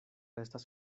estas